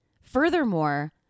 Furthermore